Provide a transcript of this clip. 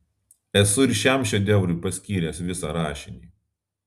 esu ir šiam šedevrui paskyręs visą rašinį